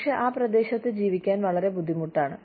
പക്ഷേ ആ പ്രദേശത്ത് ജീവിക്കാൻ വളരെ ബുദ്ധിമുട്ടാണ്